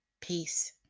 Peace